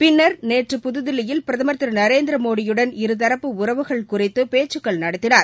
பின்னர் நேற்று புதுதில்லியில் பிரதமர் திரு நரேந்திர மோடியுடன் இருதரப்பு உறவுகள் குறித்து பேச்சுக்கள் நடத்தினார்